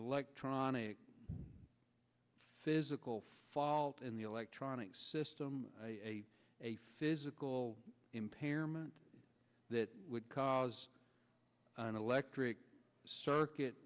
electronic physical fault in the electronics system a physical impairment that would cause an electric circuit